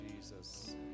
Jesus